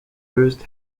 first